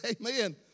amen